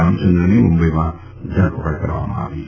રામચંદ્રની મુંબઈમાં ધરપકડ કરવામાં આવી છે